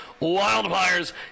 Wildfires